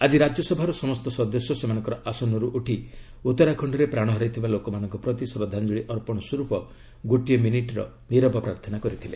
ଆଜି ରାଜ୍ୟସଭାର ସମସ୍ତ ସଦସ୍ୟ ସେମାନଙ୍କର ଆସନରୁ ଉଠି ଉତ୍ତରାଖଣ୍ଡରେ ପ୍ରାଣ ହରାଇଥିବା ଲୋକମାନଙ୍କ ପ୍ରତି ଶ୍ରଦ୍ଧାଞ୍ଜଳୀ ଅର୍ପଣ ସ୍ୱରୂପ ଗୋଟିଏ ମିନିଟ୍ ନିରବ ପ୍ରାର୍ଥନା କରିଥିଲେ